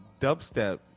dubstep